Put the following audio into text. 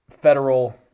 federal